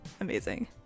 amazing